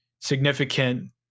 significant